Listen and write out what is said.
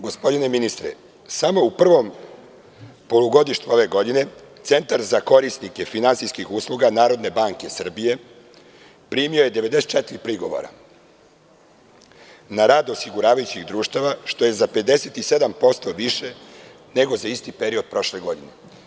Gospodine ministre, samo u prvom polugodištu ove godine Centar za korisnike finansijskih usluga NBS primio je 94 prigovora na rad osiguravajućih društava, što je za 57% više nego za isti period prošle godine.